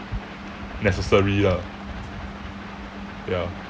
necessary lah ya